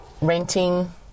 renting